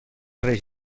reis